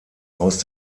aus